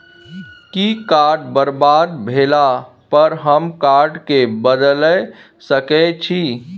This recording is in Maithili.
कि कार्ड बरबाद भेला पर हम कार्ड केँ बदलाए सकै छी?